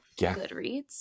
Goodreads